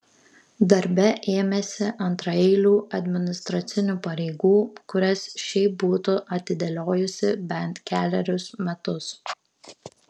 darbe ėmėsi antraeilių administracinių pareigų kurias šiaip būtų atidėliojusi bent kelerius metus